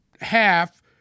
half